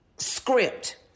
script